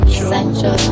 Essential